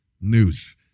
news